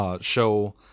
show